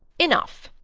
enough.